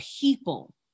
people